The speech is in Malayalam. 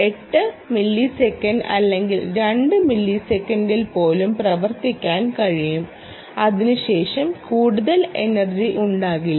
8 മില്ലിസെക്കൻഡ് അല്ലെങ്കിൽ 2 മില്ലിസെക്കൻഡിൽ പോലും പ്രവർത്തിപ്പിക്കാൻ കഴിയും അതിനുശേഷം കൂടുതൽ എനർജി ഉണ്ടാകില്ല